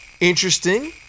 Interesting